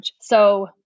So-